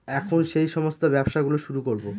এখন সেই সমস্ত ব্যবসা গুলো শুরু করবো